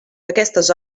aquestes